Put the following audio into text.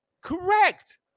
Correct